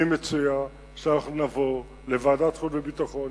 אני מציע שנבוא לוועדת החוץ והביטחון,